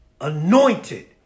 anointed